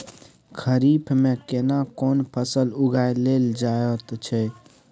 खरीफ में केना कोन फसल उगायल जायत छै?